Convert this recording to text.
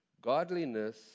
Godliness